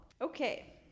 Okay